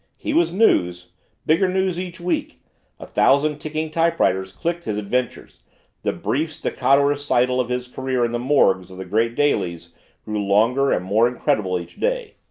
he was news bigger news each week a thousand ticking typewriters clicked his adventures the brief, staccato recital of his career in the morgues of the great dailies grew longer and more incredible each day.